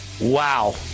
Wow